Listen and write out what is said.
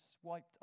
swiped